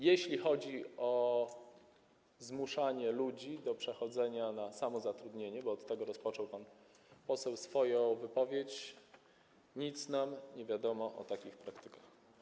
Jeśli chodzi o zmuszanie ludzi do przechodzenia na samozatrudnienie, bo od tego rozpoczął pan poseł swoją wypowiedź, to nic nam nie wiadomo o takich praktykach.